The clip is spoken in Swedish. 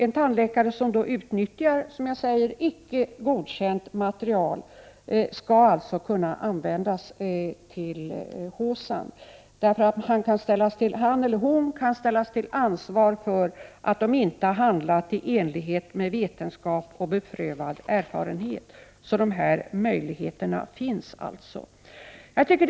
En tandläkare som utnyttjar icke godkänt material skall följaktligen, som jag sade, kunna anmälas till hälsooch sjukvårdens ansvarsnämnd. Han eller hon kan ställas till ansvar för att inte ha handlat i enlighet med vetenskap och beprövad erfarenhet. Det finns alltså möjligheter att ingripa.